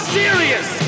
serious